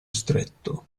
stretto